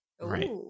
Right